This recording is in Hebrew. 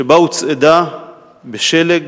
שבו הוצעדה בשלג